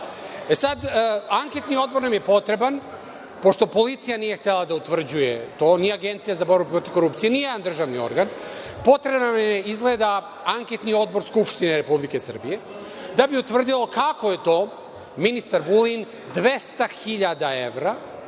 sad, anketni odbor nam je potreban, pošto policija nije htela da utvrđuje to, ni Agencija za borbu protiv korupcije, nijedan državni organ. Potreban nam je, izgleda, anketni odbor Skupštine Republike Srbije da bi se utvrdilo kako je to ministar Vulin 200.000 evra